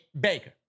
Baker